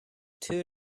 two